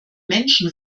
menschen